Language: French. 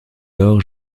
lors